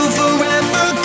forever